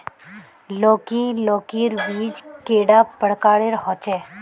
लौकी लौकीर बीज कैडा प्रकारेर होचे?